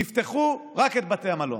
תפתחו רק את בתי המלון,